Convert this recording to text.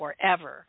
Forever